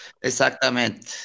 exactamente